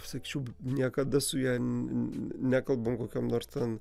sakyčiau niekada su ja nekalbam kokiom nors ten